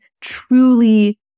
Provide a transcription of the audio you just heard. truly